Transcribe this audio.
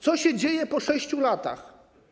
Co się dzieje po 6 latach?